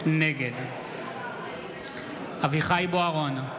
נגד אביחי אברהם בוארון,